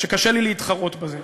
שקשה לי להתחרות בהם.